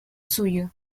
suyo